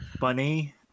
bunny